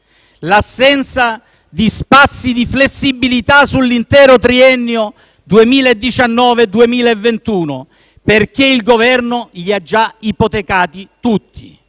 l'assenza di spazi di flessibilità sull'intero triennio 2019-2021, perché il Governo li ha già ipotecati tutti.